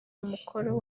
umukoro